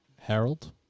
Harold